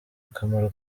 akamaro